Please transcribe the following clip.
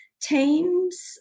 teams